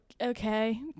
okay